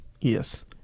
Yes